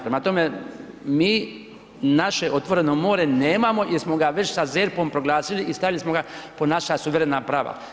Prema tome, mi naše otvoreno more nemamo jer smo ga već sa ZERP-om proglasili i stavili smo ga pod naša suverena prava.